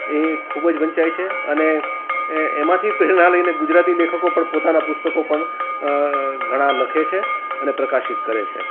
એ ખૂબ જ વંચાય છે અને એમાંથી પ્રેરણા લઈને ગુજરાતી લેખકો પણ પોતાનાં પુસ્તકો પણ ઘણાં લખે છે અને પ્રકાશિત કરે છે